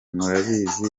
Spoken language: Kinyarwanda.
murabizi